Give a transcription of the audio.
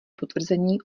potvrzení